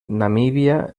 namibia